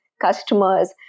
Customers